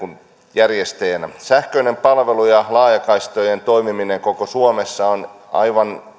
järjestäjinä sähköinen palvelu ja laajakaistojen toimiminen koko suomessa ovat aivan